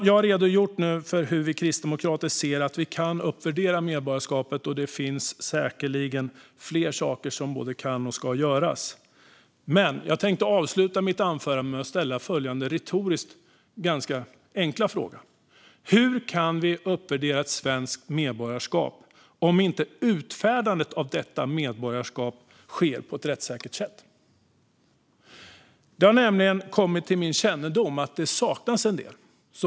Jag har nu redogjort för hur vi kristdemokrater ser att vi kan uppvärdera medborgarskapet, och det finns säkert mer som både kan och ska göras. Låt mig avsluta mitt anförande med att ställa en ganska enkel retorisk fråga: Hur kan vi uppvärdera svenskt medborgarskap om inte utfärdandet av detta medborgarskap sker på ett rättssäkert sätt? Det har kommit till min kännedom att något saknas.